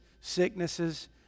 sicknesses